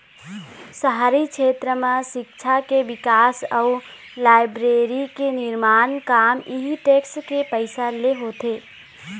शहरी छेत्र म सिक्छा के बिकास अउ लाइब्रेरी के निरमान काम इहीं टेक्स के पइसा ले होथे